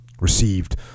Received